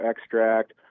extract